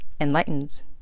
enlightens